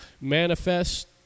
manifest